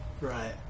Right